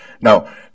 Now